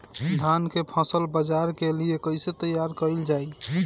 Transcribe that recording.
धान के फसल बाजार के लिए कईसे तैयार कइल जाए?